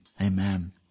Amen